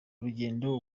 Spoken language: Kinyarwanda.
urugendo